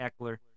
eckler